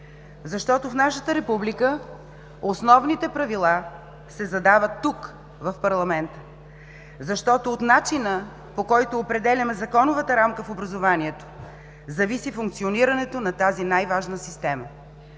Защото в нашата република основните правила се задават тук, в парламента. Защото от начина, по който определяме законовата рамка в образованието, зависи функционирането на тази най-важна система.